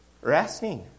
Resting